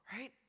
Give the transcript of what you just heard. Right